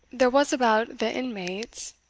there was about the inmates,